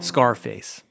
Scarface